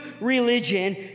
religion